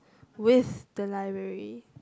with the library